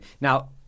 Now